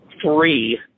three